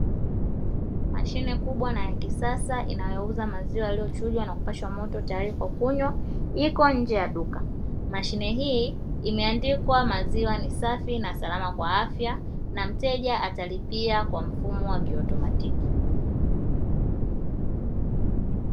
Mashine kubwa na ya kisasa inayo uza maziwa yaliyo chujwa na kupashwa moto tayari kwa kunywa, iko nje ya duka. Mashine hii imeandikwa maziwa ni safi na salama na kwa afya na mteja atalipia kwa mfumo wa kiautomatiki.